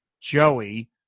Joey